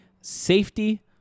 safety